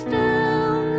down